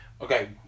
Okay